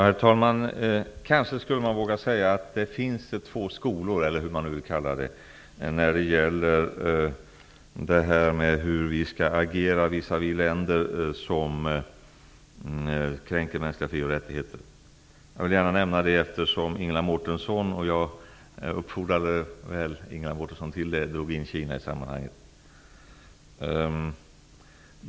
Herr talman! Det finns så att säga två skolor när det gäller hur Sverige skall agera visavi de länder som kränker mänskliga fri och rättigheter. Jag vill gärna nämna det eftersom Ingela Mårtensson -- jag uppfordrade väl henne till det -- drog in Kina i sammanhanget.